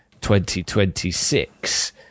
2026